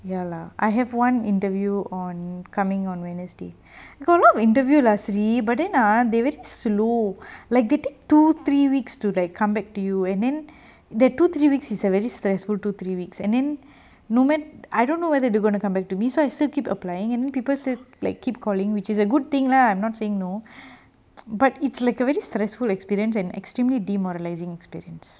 ya lah I have one interview on coming on wednesday got a lot of interview lah seriously but then ah they very slow like they take two three weeks to like come back to you and then the two three weeks is a very stressful two three weeks and then no mat~ I don't know whether they're gonna come back to me so I still keep applying and people say like keep calling which is a good thing lah I'm not saying no but it's like a really stressful experience an extremely demoralizing experience